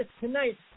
tonight